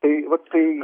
tai vat tai